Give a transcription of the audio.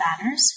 banners